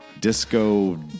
Disco